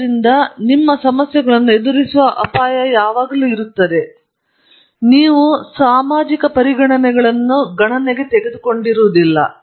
ಆದ್ದರಿಂದ ನಿಮ್ಮ ಸಮಸ್ಯೆಗಳನ್ನು ಎದುರಿಸುವ ಅಪಾಯ ಯಾವಾಗಲೂ ಇರುತ್ತದೆ ಏಕೆಂದರೆ ನೀವು ಈ ಪರಿಗಣನೆಗಳನ್ನು ಗಣನೆಗೆ ತೆಗೆದುಕೊಂಡಿಲ್ಲ